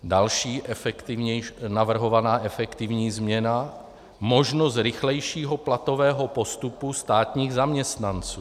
Další navrhovaná efektivní změna možnost rychlejšího platového postupu státních zaměstnanců.